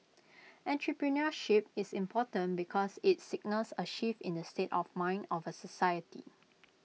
entrepreneurship is important because IT signals A shift in the state of mind of A society